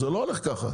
זה לא הולך ככה.